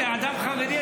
כאדם חרדי,